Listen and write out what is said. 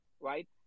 right